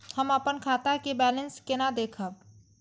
हम अपन खाता के बैलेंस केना देखब?